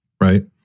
right